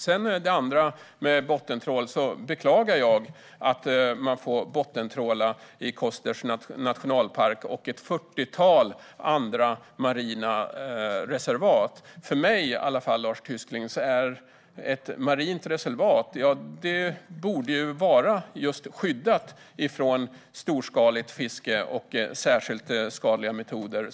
Det andra är bottentrålning. Där beklagar jag att man får bottentråla i Kosterhavets nationalpark och ett fyrtiotal andra marina reservat. I alla fall enligt mig, Lars Tysklind, borde ett marint reservat vara skyddat från storskaligt fiske och särskilt skadliga metoder.